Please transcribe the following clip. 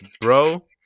Bro